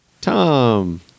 Tom